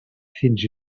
fins